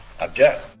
Object